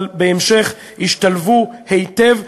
אבל בהמשך השתלבו היטב,